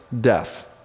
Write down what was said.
death